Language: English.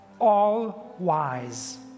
all-wise